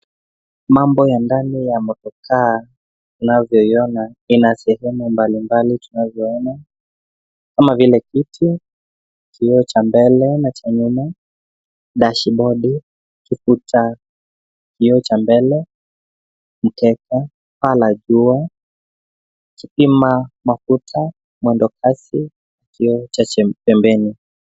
Mambo ya ndani ya motokaa tunavyoiona ina sehemu mbalimbali tunavyoona kama vile kiti, kioo cha mbele na cha nyuma, dashibodi, kipita kioo cha mbele, mkeka, paa la jua, kipima mafuta, mwendo kasi, kioo cha pembeni.